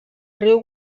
riu